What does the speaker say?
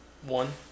One